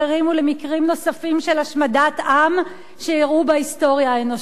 ולמקרים נוספים של השמדת עם שאירעו בהיסטוריה האנושית.